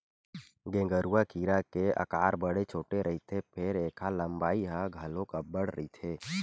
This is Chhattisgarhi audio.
गेंगरूआ कीरा के अकार बड़े छोटे रहिथे फेर ऐखर लंबाई ह घलोक अब्बड़ रहिथे